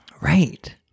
Right